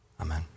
Amen